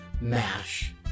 MASH